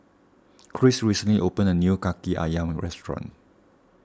Cris recently opened a new Kaki Ayam restaurant